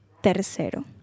tercero